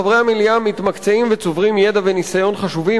חברי המליאה מתמקצעים וצוברים ידע וניסיון חשובים